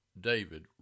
David